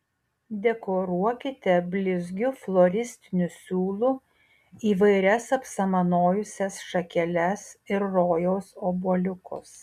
dekoruokite blizgiu floristiniu siūlu įvairias apsamanojusias šakeles ir rojaus obuoliukus